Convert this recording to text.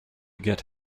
get